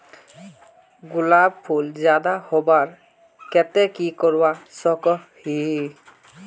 गुलाब फूल ज्यादा होबार केते की करवा सकोहो ही?